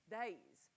days